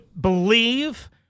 believe